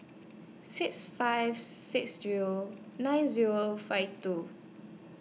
six five six Zero nine Zero five two